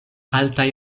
altaj